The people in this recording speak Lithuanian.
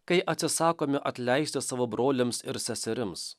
kai atsisakome atleisti savo broliams ir seserims